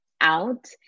out